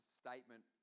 statement